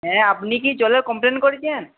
হ্যাঁ আপনি কি জলের কমপ্লেন করেছেন